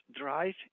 Drive